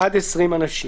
עד 20 אנשים.